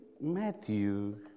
Matthew